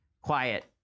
quiet